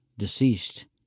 deceased